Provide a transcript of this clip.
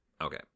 Okay